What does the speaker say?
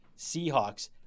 Seahawks